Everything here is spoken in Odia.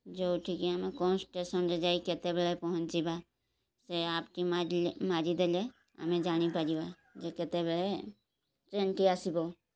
ଯେଉଁଠିକି ଆମେ କ'ଣ ଷ୍ଟେସନ୍ରେ ଯାଇ କେତେବେଳେ ପହଞ୍ଚିବା ସେ ଆପ୍ଟି ମାରିଲେ ମାରିଦେଲେ ଆମେ ଜାଣିପାରିବା ଯେ କେତେବେଳେ ଟ୍ରେନ୍ଟି ଆସିବ